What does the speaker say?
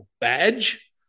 badge